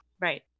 Right